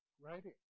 writing